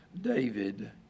David